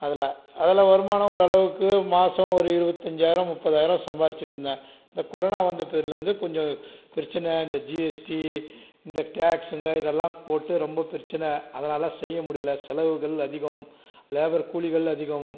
அதில் அதில் வருமானம் ஓரளவுக்கு மாதம் ஒரு இருபத்தஞ்சாயிரம் முப்பதாயிரம் சம்பாரிச்சுட்ருந்தேன் இந்த கொரோனா வந்த பீரிட்லேருந்து கொஞ்சம் பிரச்சினையா இந்த ஜிஎஸ்டி இந்த டேக்ஸுங்க இதெல்லாம் போட்டு ரொம்ப பிரச்சின அதனால் செய்ய முடியல செலவுகள் அதிகம் லேபர் கூலிகள் அதிகம்